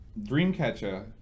Dreamcatcher